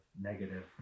negative